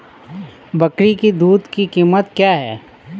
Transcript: बकरी की दूध की कीमत क्या है?